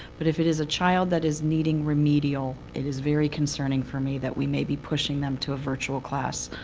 but if it is a child that is needing remedial, it is very concerning for me that we may be pushing them to a virtual class,